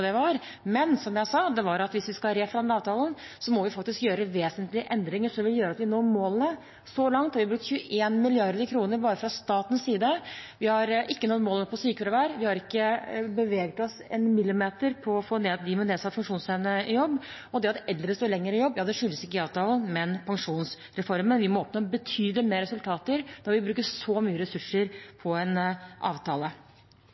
det var. Men det jeg sa, var at hvis vi skal reforhandle avtalen, må vi faktisk gjøre vesentlige endringer som vil gjøre at vi når målene. Så langt har vi brukt 21 mrd. kr bare fra statens side. Vi har ikke nådd målene når det gjelder sykefravær, vi har ikke beveget oss en millimeter når det gjelder å få dem med nedsatt funksjonsevne i jobb, og det at eldre står lenger i jobb, skyldes ikke IA-avtalen, men pensjonsreformen. Vi må oppnå betydelig bedre resultater når vi bruker så mye ressurser på en avtale.